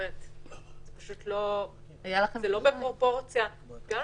זה פשוט לא בפרופורציה --- היו לכם חודשיים.